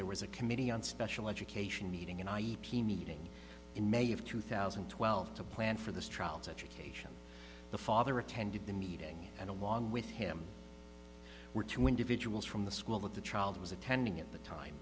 there was a committee on special education meeting in i e p meeting in may of two thousand and twelve to plan for this trial to education the father attended the meeting and along with him were two individuals from the school with the child was attending at the time